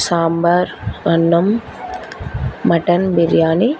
సాంబార్ అన్నం మటన్ బిర్యానీ